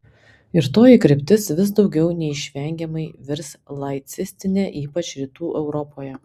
ir toji kryptis vis daugiau neišvengiamai virs laicistine ypač rytų europoje